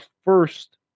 first